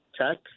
tech